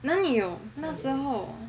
哪里有那时候